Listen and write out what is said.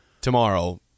tomorrow